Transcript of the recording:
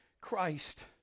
Christ